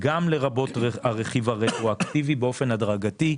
לרבות הרכיב הרטרואקטיבי באופן הדרגתי.